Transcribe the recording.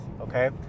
okay